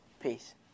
Peace